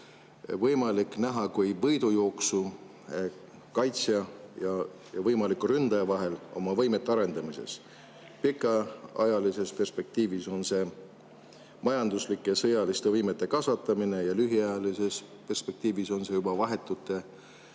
võimete arendamise võidujooksu kaitsja ja võimaliku ründaja vahel. Pikaajalises perspektiivis on see majanduslike ja sõjaliste võimete kasvatamine ja lühiajalises perspektiivis on see juba vahetute